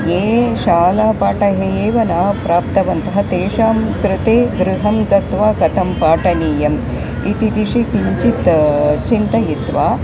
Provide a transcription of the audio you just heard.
ये शालापाठम् एव न प्राप्तवन्तः तेषां कृते गृहं गत्वा कथं पाठनीयम् इति दिशि किञ्चित् चिन्तयित्वा